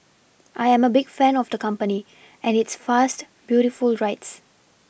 I am a big fan of the company and its fast beautiful rides